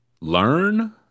learn